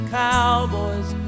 cowboys